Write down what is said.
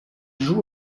joue